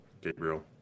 Gabriel